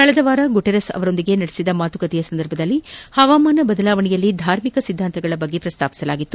ಕಳೆದ ವಾರ ಗುಟಿರೆಸ್ ಅವರೊಂದಿಗೆ ನಡೆಸಿದ ಮಾತುಕತೆ ಸಂದರ್ಭದಲ್ಲಿ ಹವಾಮಾನ ಬದಲಾವಣೆಯಲ್ಲಿ ಧಾರ್ಮಿಕ ಸಿದ್ದಾಂತಗಳ ಬಗ್ಗೆ ಪ್ರಸ್ತಾಪಿಸಲಾಗಿತ್ತು